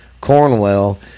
Cornwell